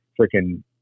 freaking